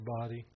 body